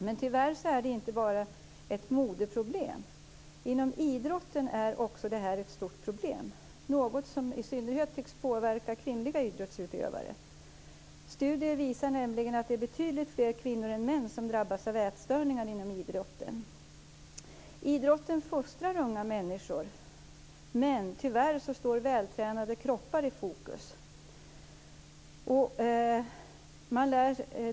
Men tyvärr är det inte bara ett modeproblem. Inom idrotten är detta också ett stort problem - något som i synnerhet tycks påverka kvinnliga idrottsutövare. Studier visar nämligen att det är betydligt fler kvinnor än män som drabbas av ätstörningar inom idrotten. Idrotten fostrar unga människor, men tyvärr står vältränade kroppar i fokus.